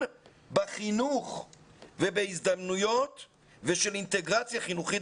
בחינוך ובהזדמנויות ושל אינטגרציה חינוכית